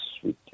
sweet